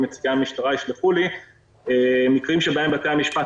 אם נציגי המשטרה ישלחו לי מקרים שבהם בתי המשפט